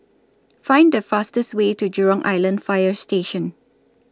Find The fastest Way to Jurong Island Fire Station